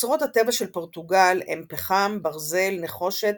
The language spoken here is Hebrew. אוצרות הטבע של פורטוגל הם פחם, ברזל, נחושת,